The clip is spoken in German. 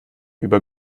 über